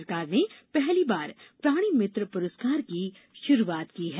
केंद्र सरकार ने पहली बार प्राणीमित्र पुरस्कार की शुरुआत की है